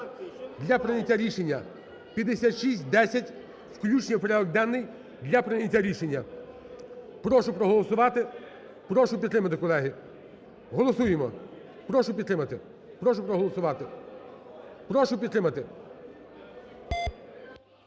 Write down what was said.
для прийняття рішення 5610, включення в порядок денний для прийняття рішення. Прошу проголосувати. Прошу підтримати, колеги. Голосуємо, прошу підтримати, прошу проголосувати. Прошу підтримати.